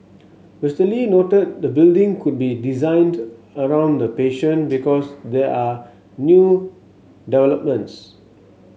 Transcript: Mister Lee noted the building could be designed around the patient because there are new developments